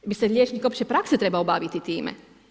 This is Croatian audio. Bi li ste liječnik opće prakse trebao baviti time?